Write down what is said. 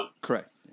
Correct